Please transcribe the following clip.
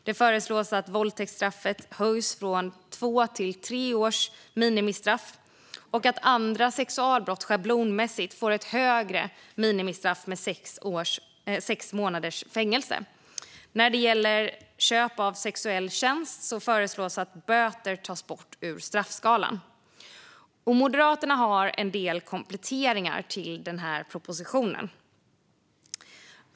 Det föreslås att minimistraffet för våldtäkt höjs från två till tre år och att andra sexualbrott schablonmässigt får ett högre minimistraff med sex månaders fängelse. När det gäller köp av sexuell tjänst föreslås att böter tas bort ur straffskalan. Moderaterna har en del kompletteringar till propositionen.